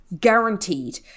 Guaranteed